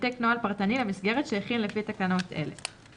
העתק נוהל פרטני למסגרת שהכין לפי תקנות אלה.